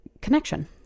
connection